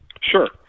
Sure